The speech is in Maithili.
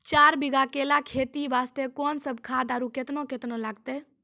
चार बीघा केला खेती वास्ते कोंन सब खाद आरु केतना केतना लगतै?